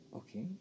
okay